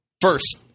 First